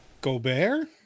Gobert